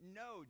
no